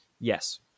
Yes